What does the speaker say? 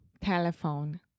Telephone